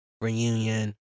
reunion